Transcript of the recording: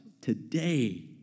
today